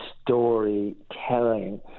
storytelling